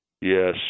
Yes